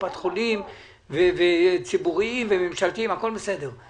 קופת חולים וציבוריים וממשלתיים הכול בסדר.